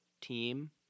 team